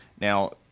Now